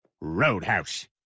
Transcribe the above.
Roadhouse